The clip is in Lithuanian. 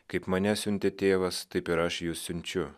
kaip mane siuntė tėvas taip ir aš jus siunčiu